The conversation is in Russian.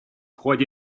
ходе